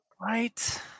Right